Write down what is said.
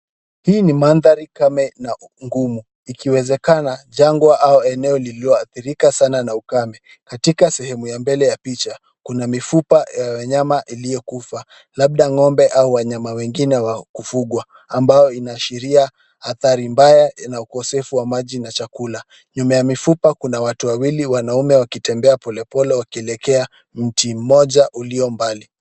Hii ni maandhari kame na ngumu, ikiwezekana, jangwa au eneo iliyoadhirika sana na ukame. Katika sehemu ya mbele ya picha kuna mifupa ya mnyama iliyokufa, labda ng'ombe au wanyama wengine wa kufugwa ambao inaashiria hadhari mbaya ya ukosefu wa maji na chakula, Nyuma ya mifupa kuna wanaume wawili wanaoonekana wakitembea wakielekea mti moja ulio mbali.